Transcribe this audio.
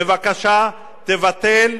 בבקשה תבטל,